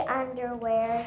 underwear